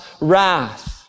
wrath